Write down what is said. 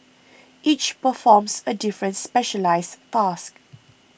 each performs a different specialised task